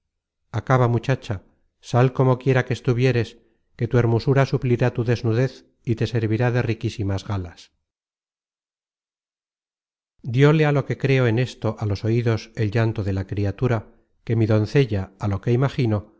acaba muchacha sal como quiera que estuvieres que tu hermosura suplirá tu desnudez y te servirá de riquísimas galas dióle á lo que creo en esto a los oidos el llanto de la criatura que mi doncella á lo que imagino